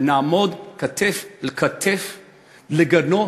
נעמוד כתף אל כתף לגנות,